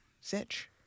Sitch